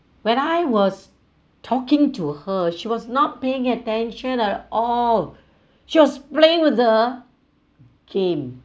when I was talking to her she was not paying attention at all she was playing with the game